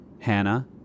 Hannah